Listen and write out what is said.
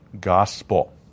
gospel